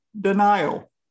denial